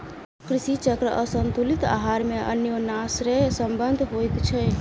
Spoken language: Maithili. कृषि चक्र आसंतुलित आहार मे अन्योनाश्रय संबंध होइत छै